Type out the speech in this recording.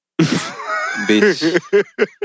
Bitch